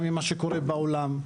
גם ממה שקורה בעולם,